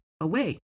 away